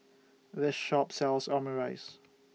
This Shop sells Omurice